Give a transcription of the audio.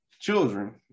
children